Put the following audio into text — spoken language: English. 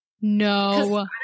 No